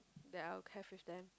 that I'll have with them